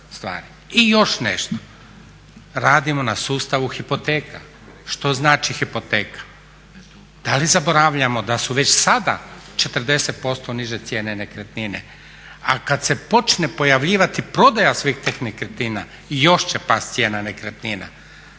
I još nešto, radimo na sustavu hipoteka. Što znači hipoteka? Da li zaboravljamo da su već sada 40% niže cijene nekretnina? A kad se počne pojavljivati prodaja svih tih nekretnina još će pasti cijena nekretnina.